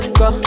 go